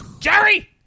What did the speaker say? Jerry